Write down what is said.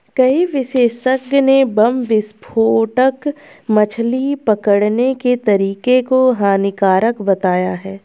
कई विशेषज्ञ ने बम विस्फोटक मछली पकड़ने के तरीके को हानिकारक बताया है